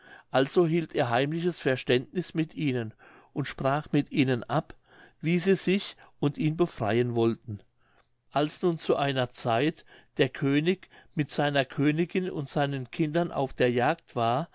also hielt er heimliches verständniß mit ihnen und sprach mit ihnen ab wie sie sich und ihn befreien wollten als nun zu einer zeit der könig mit seiner königin und seinen kindern auf der jagd war